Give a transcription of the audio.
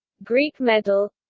greek medal